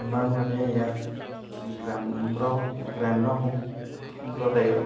আমাৰ মানে ইয়াত গ্ৰাম্য গ্ৰাম্য সম্ সম্প্ৰদায়ত